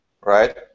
right